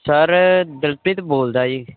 sir Dilpreet ਬੋਲਦਾ ਜੀ